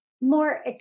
more